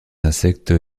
insectes